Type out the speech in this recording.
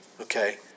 Okay